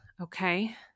Okay